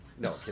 No